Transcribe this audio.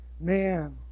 man